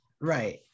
right